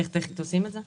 איך טכנית עושים את זה?